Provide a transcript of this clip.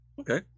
Okay